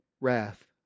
wrath